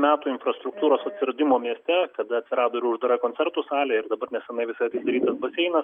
metų infrastruktūros atsiradimo mieste kada atsirado ir uždara koncertų salė ir dabar nesenai visai padarytas baseinas